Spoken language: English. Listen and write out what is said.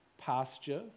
pasture